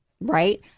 right